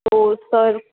तो सर